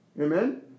Amen